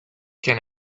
can